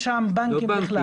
בנקים.